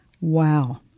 Wow